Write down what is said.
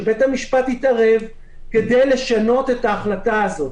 שבית המשפט יתערב כדי לשנות את ההחלטה הזאת.